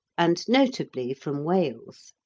and notably from wales.